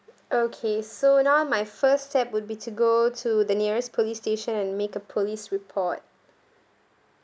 okay so now my first step would be to go to the nearest police station and make a police report